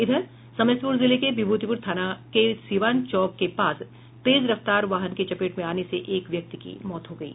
इधर समस्तीपुर जिले के विभूतिपुर थाना के सीवान चौक के पास तेज रफ्तार वाहन के चपेट में आने से एक व्यक्ति की मौत हो गयी